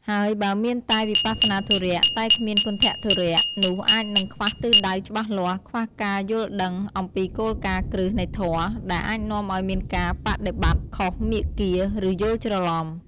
ហើយបើមានតែ វិបស្សនាធុរៈ តែគ្មាន គន្ថធុរៈ នោះអាចនឹងខ្វះទិសដៅច្បាស់លាស់ ខ្វះការយល់ដឹងអំពីគោលការណ៍គ្រឹះនៃធម៌ ដែលអាចនាំឱ្យមានការបដិបត្តិខុសមាគ៌ា ឬយល់ច្រឡំ។